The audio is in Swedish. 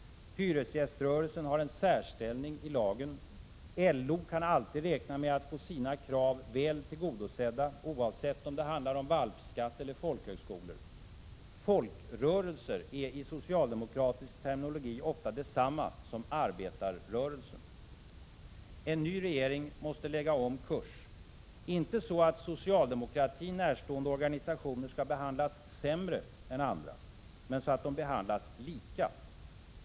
Hyresgäströrelsen har en särställning i lagen. LO kan alltid räkna med att få sina krav väl tillgodosedda, oavsett om det handlar om valpskatt eller folkhögskolor. Folkrörelser är i socialdemokratisk terminologi ofta detsamma som arbetarrörelsen. En ny regering måste lägga om kurs — inte så att socialdemokratin närstående organisationer skall behandlas sämre än andra, men så att de behandlas lika.